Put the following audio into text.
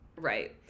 Right